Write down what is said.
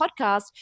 podcast